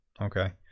okay